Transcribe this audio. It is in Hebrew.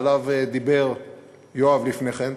שעליו דיבר יואב לפני כן,